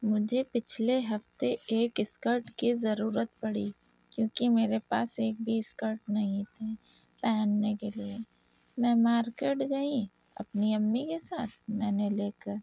مجھے پچھلے ہفتے ایک اسکرٹ کی ضرورت پڑی کیونکہ میرے پاس ایک بھی اسکرٹ نہیں تھی پہننے کے لیے میں مارکٹ گئی اپنی امی کے ساتھ میں نے لے کر